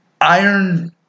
iron